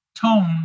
tone